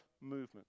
Movement